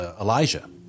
Elijah